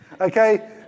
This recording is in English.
Okay